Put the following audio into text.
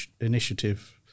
initiative